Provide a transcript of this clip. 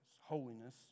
Holiness